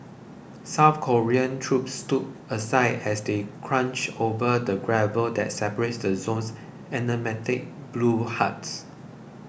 South Korean troops stood aside as they crunched over the gravel that separates the zone's emblematic blue huts